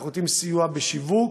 אנחנו נותנים סיוע בשיווק.